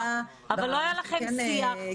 אבל לא היה לכם שיח,